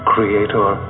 Creator